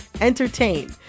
entertain